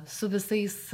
su visais